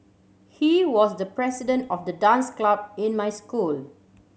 he was the president of the dance club in my school